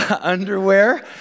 underwear